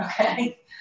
okay